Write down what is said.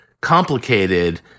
Complicated